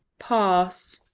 pass.